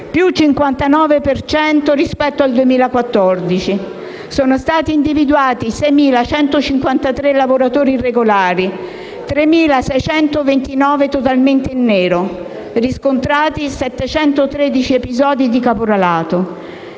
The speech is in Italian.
per cento rispetto al 2014), sono stati individuati 6.153 lavoratori irregolari, 3.629 totalmente in nero, riscontrati 713 episodi di caporalato.